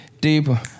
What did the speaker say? Deeper